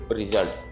result